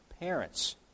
parents